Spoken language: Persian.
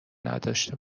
نداشته